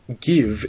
give